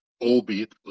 albeit